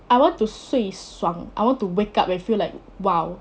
I want to 睡爽 I want to wake up and feel like !wow!